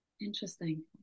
Interesting